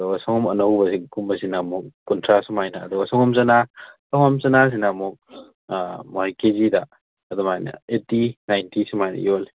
ꯑꯗꯣ ꯁꯪꯒꯣꯝ ꯑꯅꯧꯕꯁꯤ ꯒꯨꯝꯕꯁꯤꯅ ꯑꯃꯨꯛ ꯀꯨꯟꯊ꯭ꯔꯥ ꯁꯨꯃꯥꯏꯅ ꯑꯗꯨꯒ ꯁꯪꯒꯣꯝ ꯁꯥꯅꯥ ꯁꯪꯒꯣꯝ ꯁꯥꯅꯥꯁꯤꯅ ꯑꯃꯨꯛ ꯃꯣꯏ ꯀꯦꯖꯤꯗ ꯑꯗꯨꯃꯥꯏꯅ ꯑꯩꯠꯇꯤ ꯅꯥꯏꯟꯇꯤ ꯁꯨꯃꯥꯏꯅ ꯌꯣꯜꯂꯦ